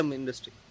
industry